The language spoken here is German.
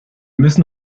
müssen